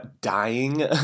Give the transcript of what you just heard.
dying